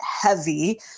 heavy